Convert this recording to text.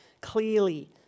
clearly